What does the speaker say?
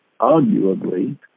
arguably